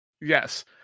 Yes